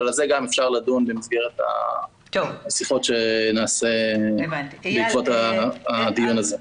אבל גם על זה אפשר לדון במסגרת השיחות שנקיים בעקבות הדיון הזה.